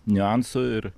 niuansų ir